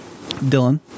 Dylan